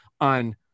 on